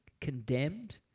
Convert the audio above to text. condemned